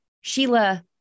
Sheila